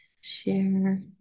share